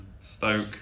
Stoke